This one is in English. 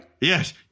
yes